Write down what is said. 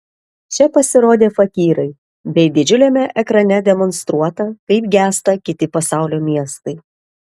čia pasirodė fakyrai bei didžiuliame ekrane demonstruota kaip gęsta kiti pasaulio miestai